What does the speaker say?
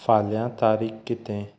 फाल्यां तारीख कितें